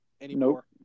anymore